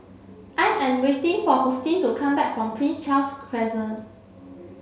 I am waiting for Hosteen to come back from Prince Charles Crescent